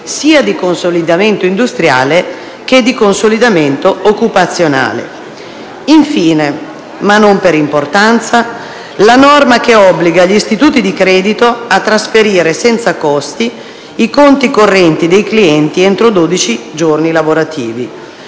di consolidamento sia industriale che occupazionale. Infine, ma non per importanza, segnalo la norma che obbliga gli istituti di credito a trasferire, senza costi, i conti correnti dei clienti entro dodici giorni lavorativi;